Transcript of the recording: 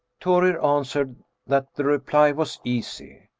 thorir answered that the reply was easy,